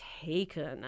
taken